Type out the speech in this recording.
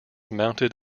mounted